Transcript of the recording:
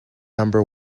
number